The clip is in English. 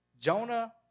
Jonah